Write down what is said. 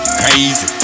crazy